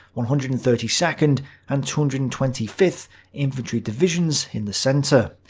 one hundred and thirty second and two hundred and twenty fifth infantry divisions in the centre.